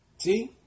See